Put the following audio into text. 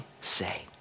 say